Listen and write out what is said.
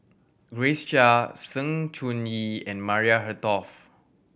Grace Chia Sng Choon Yee and Maria Hertogh